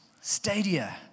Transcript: stadia